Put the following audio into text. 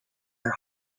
are